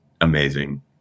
amazing